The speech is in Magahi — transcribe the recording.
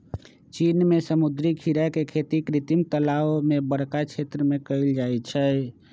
चीन में समुद्री खीरा के खेती कृत्रिम तालाओ में बरका क्षेत्र में कएल जाइ छइ